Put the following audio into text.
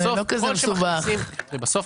הרי בסוף